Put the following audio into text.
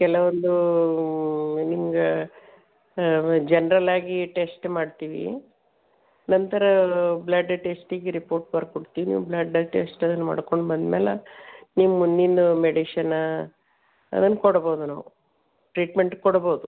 ಕೆಲವೊಂದು ನಿಮ್ಗೆ ಜನ್ರಲ್ ಆಗಿ ಟೆಸ್ಟ್ ಮಾಡ್ತೀವಿ ನಂತರ ಬ್ಲಡ್ ಟೆಸ್ಟಿಗೆ ರಿಪೋರ್ಟ್ ಬರ್ಕೊಡ್ತೀವಿ ನೀವು ಬ್ಲಡ್ ಟೆಸ್ಟ್ ಅದನ್ನು ಮಾಡ್ಕೊಂಡು ಬಂದ್ಮೇಲೆ ನಿಮ್ಮ ಮುಂದಿನ ಮೆಡಿಷನ ಅದನ್ನು ಕೊಡ್ಬೌದು ನಾವು ಟ್ರೀಟ್ಮೆಂಟ್ ಕೊಡ್ಬೌದು